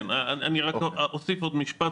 כן, אני רק אוסיף עוד משפט.